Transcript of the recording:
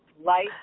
life